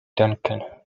duncan